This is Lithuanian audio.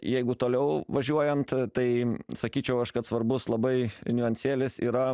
jeigu toliau važiuojant tai sakyčiau aš kad svarbus labai niuansėlis yra